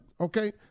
okay